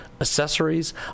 accessories